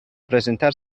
presentar